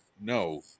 no